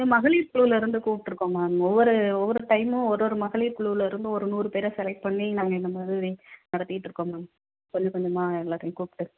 ma'am மகளிர் குழுவிலேருந்து கூப்பிட்ருக்கோம் மேம் ஒவ்வொரு ஒவ்வொரு டைமும் ஒரு ஒரு மகளிர் குழுவில் இருந்தும் ஒரு நூறு பேரை செலெக்ட் பண்ணி நாங்கள் இந்த மாதிரி நடத்திகிட்டு இருக்கோம் மேம் கொஞ்சம் கொஞ்சமாக எல்லாத்தையும் கூப்பிட்டு